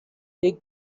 they